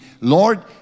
Lord